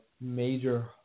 major